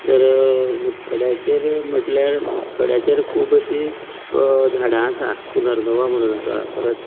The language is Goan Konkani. जर मुतखड्याचेर म्हटल्यार मुतखड्याचेर खूब अशीं झाडां आसात पुनर्वा म्हण आसा परत